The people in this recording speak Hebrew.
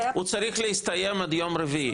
הוא צריך להסתיים עד יום רביעי.